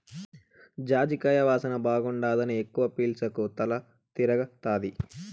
జాజికాయ వాసన బాగుండాదని ఎక్కవ పీల్సకు తల తిరగతాది